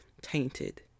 tainted